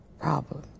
problem